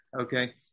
Okay